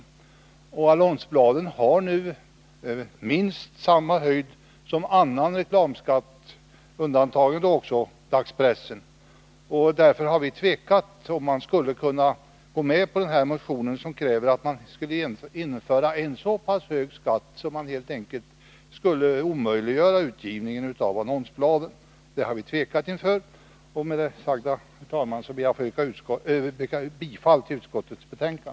Skatten för annonsbladen har nu minst samma höjd som annan reklamskatt, inbegripet vad som gäller för dagspressen. Därför har vi tvekat att gå med på detta motionskrav, som innebär att man skulle införa en så pass hög skatt att man helt enkelt skulle omöjliggöra utgivning av annonsbladen. Med det sagda ber jag, herr talman, att få yrka bifall till utskottets hemställan.